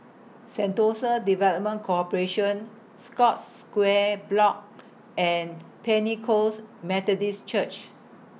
Sentosa Development Corporation Scotts Square Block and Pentecost Methodist Church